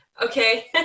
Okay